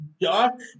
Dark